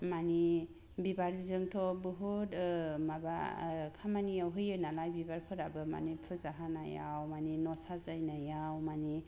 माने बिबारजोंथ' बुहुद ओ माबा ओ खामानियाव होयो नालाय बिबारफोराबो माने फुजा होनायाव माने न' साजायनायाव माने